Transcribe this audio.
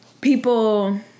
people